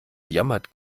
jammert